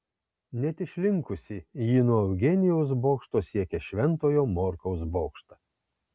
net išlinkusi ji nuo eugenijaus bokšto siekia šventojo morkaus bokštą